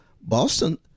Boston